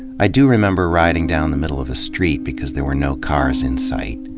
i do remember riding down the middle of the street because there were no cars in sight.